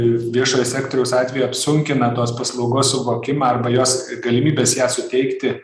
viešojo sektoriaus atveju apsunkina tos paslaugos suvokimą arba jos galimybes ją suteikti